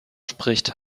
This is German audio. spricht